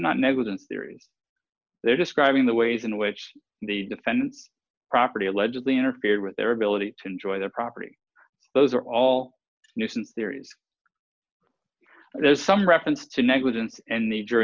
not negligent theories they're describing the ways in which the defendants property allegedly interfered with their ability to enjoy their property those are all nuisance there is there's some reference to negligence and